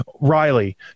Riley